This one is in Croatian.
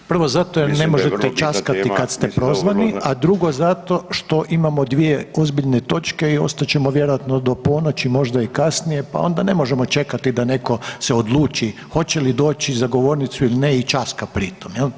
Prvo zato jer ne možete časkati kada ste prozvani, a drugo zato što imamo dvije ozbiljne točke i ostat ćemo vjerojatno do ponoći, možda i kasnije pa onda ne možemo čekati da netko se odluči hoće li doći za govornicu ili ne i časka pri tom jel'